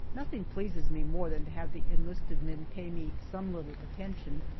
nothing pleases me more than to have the enlisted men pay me some little attention,